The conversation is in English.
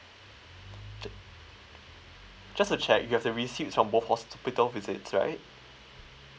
ju~ just to check you have the receipts from both hospital visits right